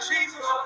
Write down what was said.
Jesus